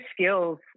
skills